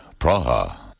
Praha